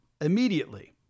immediately